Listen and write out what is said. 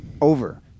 Over